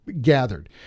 gathered